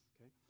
okay